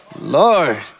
Lord